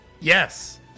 Yes